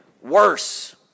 worse